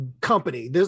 company